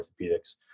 orthopedics